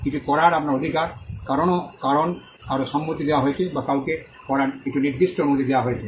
কিছু করার আপনার অধিকার কারণ কারও সম্মতি দেওয়া হয়েছে বা কাউকে করার কিছু নির্দিষ্ট অনুমতি দেওয়া হয়েছে